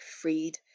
freed